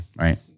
Right